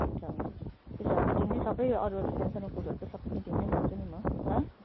हुन्छ हुन्छ त्यसो भए मिटिङमै सबै अरूहरू सानसानो कुरोहरू चाहिँ सबै मिटिङमै भन्छु नि म ल